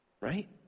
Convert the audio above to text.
right